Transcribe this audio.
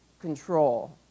control